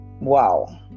Wow